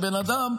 שבן אדם,